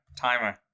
Timer